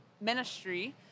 ministry